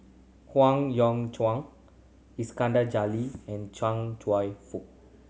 Howe Yoon Chong Iskandar Jalil and Chia Cheong Fook